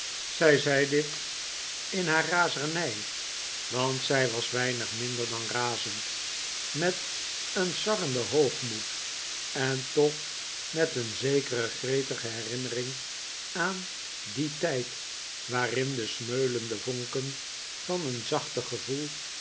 zij zei dit in haar razernij want zij was weinig minder dan razend met een sarrenden hoogmoed en toch met een zekere gretige herinnering aan dien tijd waarin de smeulende vonken van een zachter gevoel